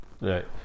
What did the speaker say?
Right